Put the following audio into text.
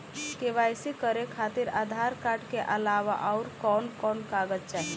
KYC करे खातिर Aadhaar card के अलावा आउरकवन कवन कागज चाहीं?